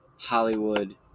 Hollywood